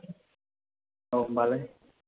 औ होम्बालाय